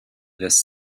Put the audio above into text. this